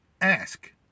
ask